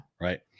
Right